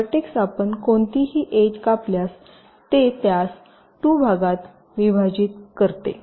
vertex आपण कोणतीही edge कापल्यास ते त्यास 2 भागात विभाजित करते